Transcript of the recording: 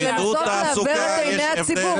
זה לנסות לעוור את עיניי הציבור.